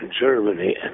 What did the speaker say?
Germany